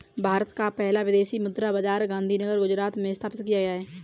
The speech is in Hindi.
भारत का पहला विदेशी मुद्रा बाजार गांधीनगर गुजरात में स्थापित किया गया है